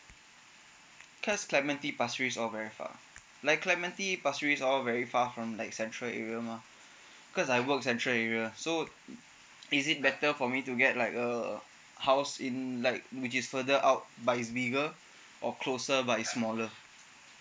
cause clementi pasir ris all very far like clementi pasir ris all very far from like central area mah cause I work central area so is it better for me to get like a house in like which is further out but is bigger or closer but is smaller